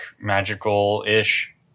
magical-ish